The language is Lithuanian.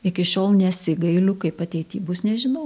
iki šiol nesigailiu kaip ateity bus nežinau